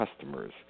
customers